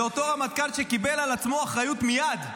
זה אותו רמטכ"ל שקיבל על עצמו אחריות מייד?